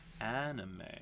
Anime